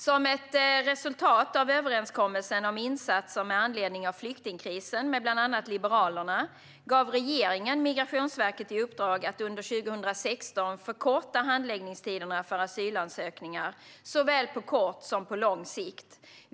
Som ett resultat av överenskommelsen om insatser med anledning av flyktingkrisen, med bland annat Liberalerna, gav regeringen Migrationsverket i uppdrag att under 2016 förkorta handläggningstiderna för asylansökningar såväl på kort som på lång sikt.